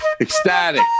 Ecstatic